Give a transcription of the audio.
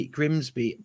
Grimsby